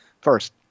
first